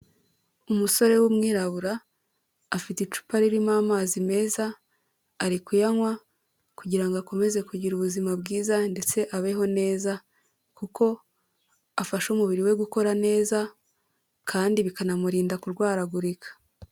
Umusore w'umwirabura afite icupa ririmo amazi meza ari kuyanywa kugira ngo akomeze kugira ubuzima bwiza ndetse abeho neza kuko afasha umubiri we gukora neza kandi bikanamurinda kurwaragurika.